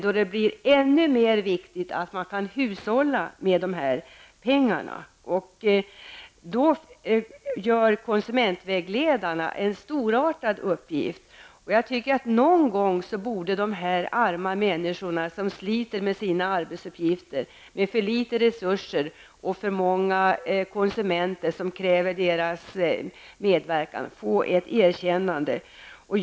Men då blir det ännu viktigare att man kan hushålla, och i det sammanhanget gör konsumentvägledarna en storartad insats. Någon gång borde de här arma människorna, som sliter med sina arbetsuppgifter och har för litet resurser och för många konsumenter som kräver deras medverkan, få ett erkännande.